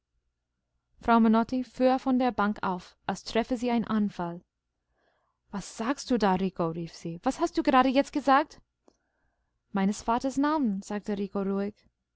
frau menotti fuhr von der bank auf als treffe sie ein anfall was sagst du da rico rief sie was hast du gerade jetzt gesagt meines vaters namen sagte